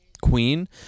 Queen